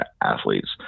athletes